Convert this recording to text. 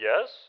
Yes